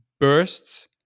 bursts